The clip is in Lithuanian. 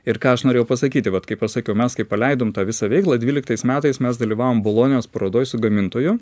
ir ką aš norėjau pasakyti vat kaip aš sakiau mes kaip paleidom tą visą veiklą dvyliktais metais mes dalyvavom bolonijos parodoj su gamintoju